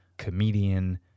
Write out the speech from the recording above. comedian